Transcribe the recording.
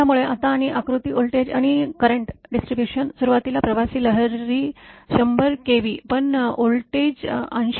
त्यामुळे आता आणि आकृती व्होल्टेज आणि करंट डिस्ट्रिब्युशन सुरुवातीला प्रवासी लहरी १०० केव्ही पण व्होल्टेज ८०